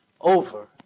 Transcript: over